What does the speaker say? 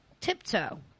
tiptoe